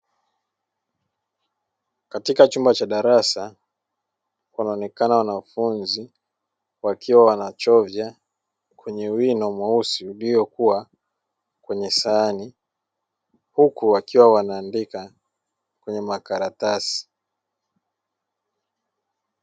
Katika chumba cha darasa kunaonekana wanafunzi wakiwa wanachovya kwenye wino mweusi uliokuwa kwenye sahani, huku wakiwa wanaandika kwenye makaratasi.